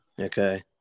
okay